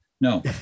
No